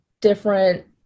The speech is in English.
different